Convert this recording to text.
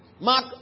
Mark